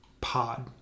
pod